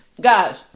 Guys